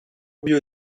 will